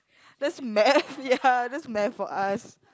that's math ya that's math for us